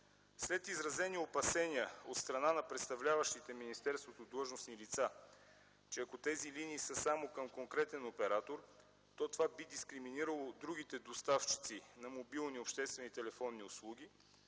След изразени опасения от страна на представляващите министерството длъжностни лица, че ако тези линии са само към конкретен оператор, това би дискриминирало другите доставчици на мобилни обществени услуги,